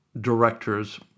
directors